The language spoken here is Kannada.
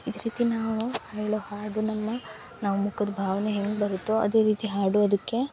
ಇದೇ ರೀತಿ ನಾವು ಹೇಳೋ ಹಾಡು ನಮ್ಮ ನಾವು ಮುಖದ ಭಾವನೆ ಹೆಂಗೆ ಬರುತ್ತೋ ಅದೇ ರೀತಿ ಹಾಡುವುದಕ್ಕೆ